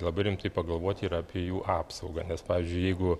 labai rimtai pagalvoti ir apie jų apsaugą nes pavyzdžiui jeigu